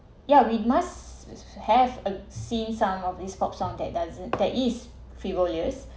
yeah we must have a seen some of these pop songs that doesn't that is frivolous